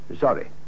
sorry